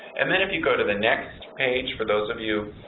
and then if you go to the next page for those of you